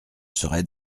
serai